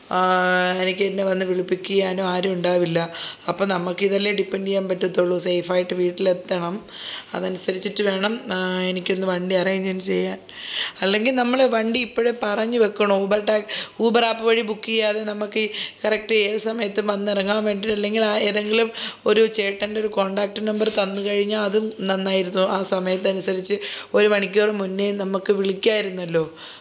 എനിക്ക് എന്നെ വന്ന് വിളിപ്പിക്കുവാനോ ആരും ഉണ്ടാവില്ല അപ്പം നമ്മൾക്ക് അല്ലേ ഡിപ്പെൻ്റ് ചെയ്യാൻ പറ്റത്തുള്ളൂ സേഫ് ആയിട്ട് വീട്ടിലെത്തണം അതനുസരിച്ചിട്ട് വേണം എനിക്കൊന്നു വണ്ടി അറേഞ്ച്മെൻ്റ് ചെയ്യാൻ അല്ലെങ്കിൽ നമ്മൾ വണ്ടി ഇപ്പോഴേ പറഞ്ഞു വെക്കണോ ഊബർ ഊബർ ആപ്പ് വഴി ബുക്ക് ചെയ്യാതെ നമ്മൾക്ക് ഈ കറക്റ്റ് ഏത് സമയത്തും വന്നിറങ്ങാൻ വേണ്ടിയിട്ട് അല്ലെങ്കിൽ ആ ഏതെങ്കിലും ഒരു ചേട്ടൻ്റെ ഒരു കോൺടാക്ട് നമ്പറ് തന്നുകഴിഞ്ഞാൽ അതും നന്നായിരുന്നു ആ സമയത്ത് അനുസരിച്ച് ഒരു മണിക്കൂർ മുന്നേയും നമ്മൾക്ക് വിളിക്കാമായിരുന്നല്ലോ